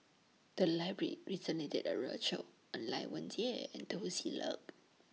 The Library recently did A roadshow on Lai Weijie and Teo Ser Luck